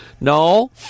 No